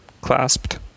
clasped